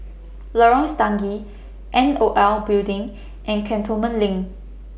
Lorong Stangee N O L Building and Cantonment LINK